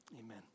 amen